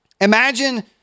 Imagine